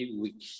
week